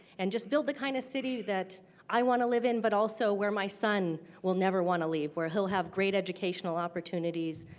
and just build the kind of city that i want to live in, but also where my son will never want to leave, where he will have great educational opportunities,